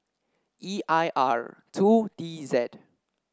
E I R two D Z